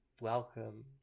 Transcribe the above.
Welcome